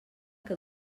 que